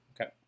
Okay